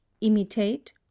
imitate